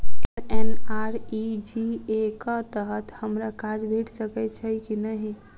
MNREGA कऽ तहत हमरा काज भेट सकय छई की नहि?